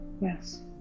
Yes